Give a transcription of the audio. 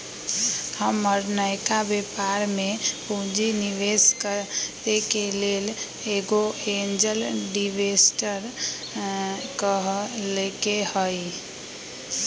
हमर नयका व्यापर में पूंजी निवेश करेके लेल एगो एंजेल इंवेस्टर कहलकै ह